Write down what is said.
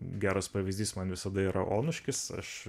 geras pavyzdys man visada yra onuškis aš